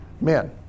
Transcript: Men